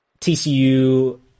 TCU